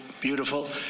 beautiful